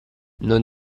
non